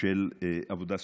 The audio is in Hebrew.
של עבודה סוציאלית.